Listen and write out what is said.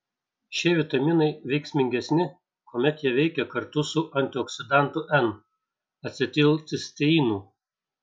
šie vitaminai veiksmingesni kuomet jie veikia kartu su antioksidantu n acetilcisteinu